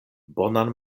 bonan